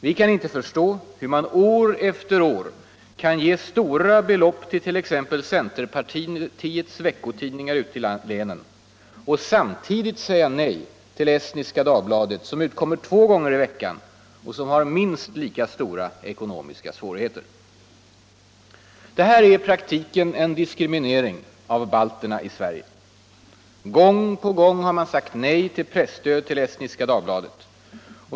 Vi kan inte förstå hur man år efter år kan ge stora belopp till exempelvis centerpartiets veckotidningar ute i länen och samtidigt säga nej till Estniska Dagbladet, som utkommer två gånger i veckan och som har minst lika stora ekonomiska svårigheter. Detta är i praktiken en diskriminering av balterna i Sverige. Gång på gång har man sagt nej till presstöd till Estniska Dagbladet.